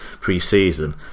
pre-season